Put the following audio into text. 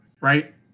right